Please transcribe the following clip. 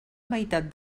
meitat